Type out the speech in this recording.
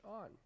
on